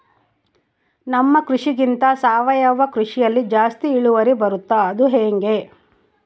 ನಮ್ಮ ಕೃಷಿಗಿಂತ ಸಾವಯವ ಕೃಷಿಯಲ್ಲಿ ಜಾಸ್ತಿ ಇಳುವರಿ ಬರುತ್ತಾ ಅದು ಹೆಂಗೆ?